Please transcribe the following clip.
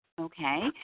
Okay